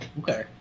Okay